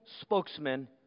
spokesman